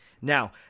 Now